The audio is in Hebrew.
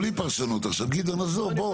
--- לא, בלי פרשנות עכשיו, גדעון, עזוב, בוא.